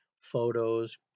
photos